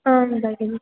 आम् भगिनि